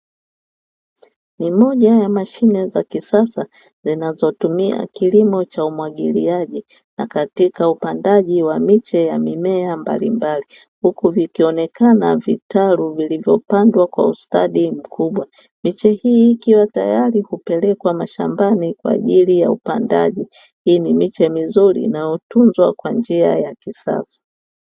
Ni moja ya mashine za kisasa zinazotumia kilimo cha umwagiliaji, na katika upandaji wa miche ya mimea mbalimbali; huku vikionekana vitalu vilivyopandwa kwa ustadi mkubwa. Miche hii ikiwa tayari kupelekwa mashambani kwa ajili ya upandaji. Hii ni miche mizuri inayotunzwa kwa njia ya kisasa.